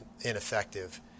ineffective